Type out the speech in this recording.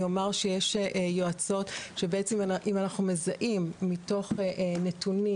אני אומר שיש יועצות שבעצם אם אנחנו מזהים מתוך נתונים